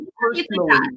personally